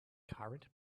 current